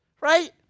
right